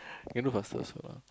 you know got sales around